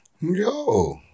Yo